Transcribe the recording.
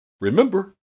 Remember